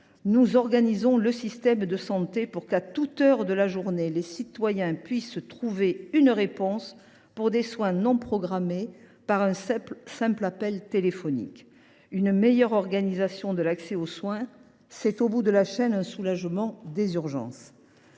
nous organisons le système de santé pour que, à toute heure de la journée, les citoyens puissent accéder à des soins non programmés, après un simple appel téléphonique. Une meilleure organisation de l’accès aux soins permet au bout de la chaîne de soulager les urgences.